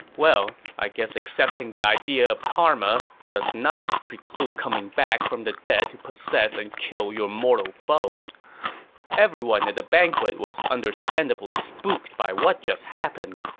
well, i guess accepting the idea of karma did not preclude coming back from the dead to possess and kill your mortal foe everyone at the banquet was understandably spooked by what just happened.